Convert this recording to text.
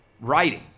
writing